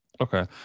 Okay